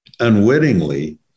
Unwittingly